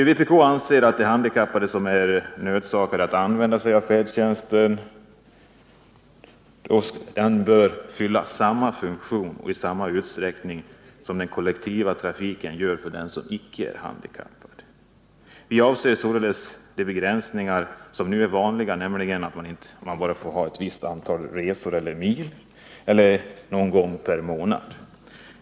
Vpk anser att färdtjänsten bör fylla samma funktion och vara tillgänglig i samma utsträckning som den kollektiva trafiken för icke handikappade. Vi accepterar således inte de begränsningar som nu är vanliga, nämligen att man får göra bara ett visst antal resor eller mil per månad.